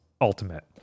Ultimate